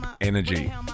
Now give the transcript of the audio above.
energy